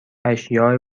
اشیاء